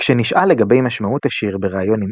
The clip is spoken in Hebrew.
כשנשאל לגבי משמעות השיר בריאיון עם